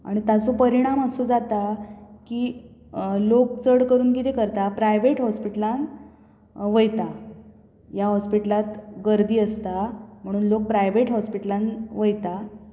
आनी ताचो परिणाम असो जाता की लोक चड करून कितें करता प्रायवेट हॉस्पिटलान वयता ह्या हॉस्पिटलात गर्दी आसता म्हुणून लोक प्रायवेट हॉस्पिटलान वयता